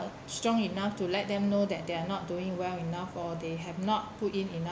strong enough to let them know that they are not doing well enough or they have not put in enough